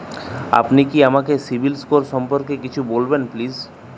আপনি কি আমাকে সিবিল স্কোর সম্পর্কে কিছু বলবেন প্লিজ?